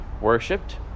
worshipped